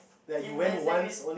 in my secondary